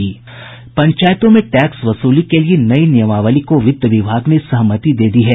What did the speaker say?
पंचायतों में टैक्स वसूली के लिए नयी नियमावली को वित्त विभाग ने सहमति दे दी है